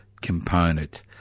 component